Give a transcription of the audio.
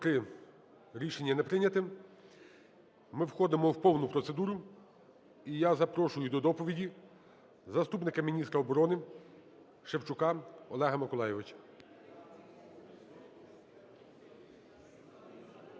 За-43 Рішення не прийнято. Ми входимо в повну процедуру. І я запрошую до доповіді заступника міністра оборони Шевчука Олега Миколайовича.